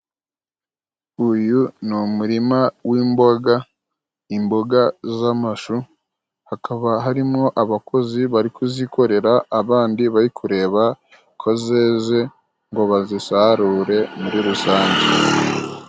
Uyu ni umurima w'imboga imboga z'amashu hakaba harimwo abakozi bari kuzikorera abandi bari kureba ko zeze ngo bazisarure muri rusange.